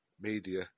media